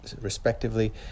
respectively